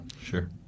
Sure